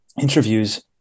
interviews